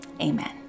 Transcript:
amen